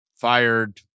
fired